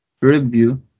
review